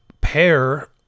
pair